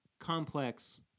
complex